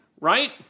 right